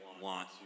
want